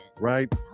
Right